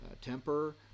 temper